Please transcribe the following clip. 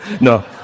No